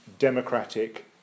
democratic